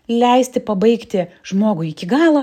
leisti pabaigti žmogui iki galo